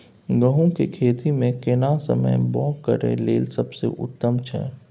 गहूम के खेती मे केना समय बौग करय लेल सबसे उत्तम छै?